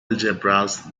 algebras